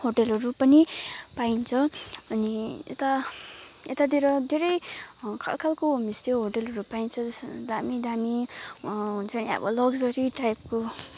होटेलहरू पनि पाइन्छ अनि यता यतातिर धेरै खालखालको होमस्टे होटलहरू पाइन्छ दामी दामी हुन्छ नि अब लक्जरी टाइपको